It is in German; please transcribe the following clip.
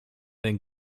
den